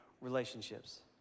relationships